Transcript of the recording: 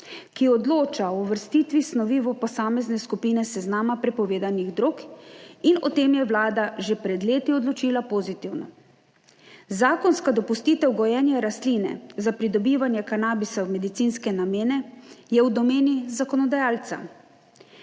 ki odloča o uvrstitvi snovi v posamezne skupine s seznama prepovedanih drog in o tem je Vlada že pred leti odločila pozitivno. Zakonska dopustitev gojenja rastline za pridobivanje kanabisa v medicinske namene, je v domeni zakonodajalca.